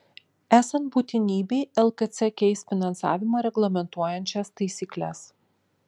esant būtinybei lkc keis finansavimą reglamentuojančias taisykles